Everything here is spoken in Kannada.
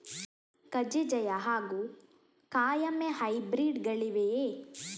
ಕಜೆ ಜಯ ಹಾಗೂ ಕಾಯಮೆ ಹೈಬ್ರಿಡ್ ಗಳಿವೆಯೇ?